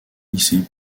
lycée